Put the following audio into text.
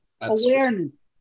awareness